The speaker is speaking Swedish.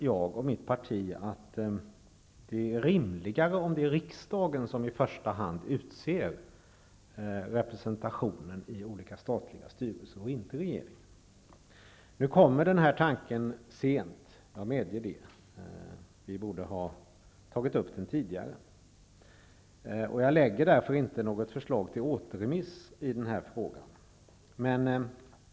Jag och mitt parti anser att det är rimligare att det är riksdagen som i första hand utser representanter i olika statliga styrelser, och inte regeringen. Nu kommer denna tanke sent, det medger jag. Vi borde ha tagit upp den tidigare. Jag lägger därför inte fram något förslag om återremiss av denna fråga.